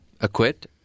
Acquit